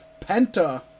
Penta